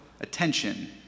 attention